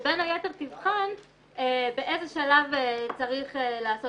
שבין היתר תבחן באיזה שלב צריך לעשות